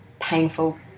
painful